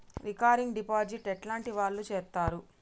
Recurring deposit ఎట్లాంటి వాళ్లు చేత్తరు?